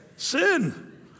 Sin